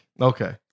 Okay